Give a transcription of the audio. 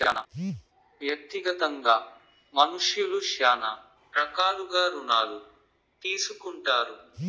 వ్యక్తిగతంగా మనుష్యులు శ్యానా రకాలుగా రుణాలు తీసుకుంటారు